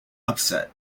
upset